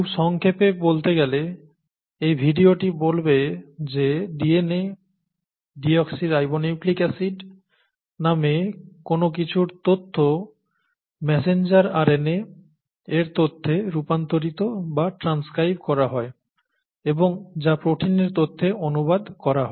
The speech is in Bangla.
খুব সংক্ষেপে বলতে গেলে এই ভিডিওটি বলবে যে DNA ডিঅক্সিরাইবো নিউক্লিকএসিড নামে কোন কিছুর তথ্য মেসেঞ্জার RNA এর তথ্যে রূপান্তরিত বা ট্রান্সক্রাইব করা হয় এবং যা প্রোটিনের তথ্যে অনুবাদ করা হয়